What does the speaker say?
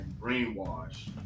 brainwashed